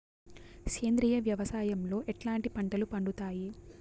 సేంద్రియ వ్యవసాయం లో ఎట్లాంటి పంటలు పండుతాయి